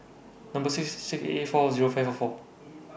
Number C six eight eight four Zero five four four